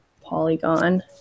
Polygon